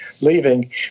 leaving